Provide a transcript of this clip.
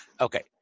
Okay